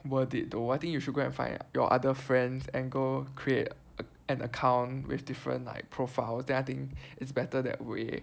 worth it though I think you should go and find your other friends and go create an account with different like profiles there I think it's better that way